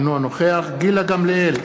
אינו נוכח גילה גמליאל,